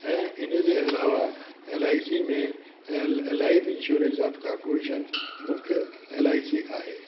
ऐं इन जे अलावा एलआईसी में ऐं लाइफ इंश्योरेंस ऑफ कॉर्पोरेशन मुख्य एलआईसी आहे